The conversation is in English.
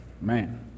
man